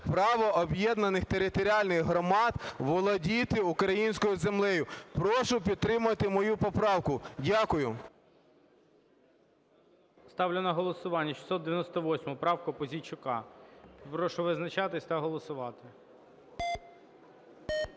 право об'єднаних територіальних громад володіти українською землею. Прошу підтримати мою поправку. Дякую. ГОЛОВУЮЧИЙ. Ставлю на голосування 698 правку Пузійчука. Прошу визначатися та голосувати.